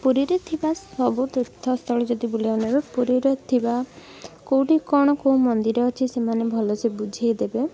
ପୁରୀରେ ଥିବା ସବୁ ତୀର୍ଥସ୍ଥଳୀ ଯଦି ବୁଲାଇବାକୁ ନେବେ ପୁରୀରେ ଥିବା କେଉଁଠି କ'ଣ କେଉଁ ମନ୍ଦିର ଅଛି ସେମାନେ ଭଲସେ ବୁଝେଇଦେବେ